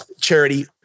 Charity